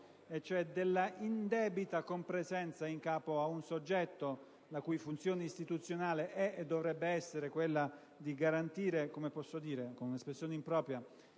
cioè la indebita compresenza in capo ad un soggetto la cui funzione istituzionale è e dovrebbe essere quella di garantire - usando un'espressione impropria